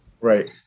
Right